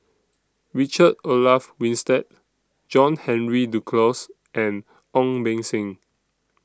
Richard Olaf Winstedt John Henry Duclos and Ong Beng Seng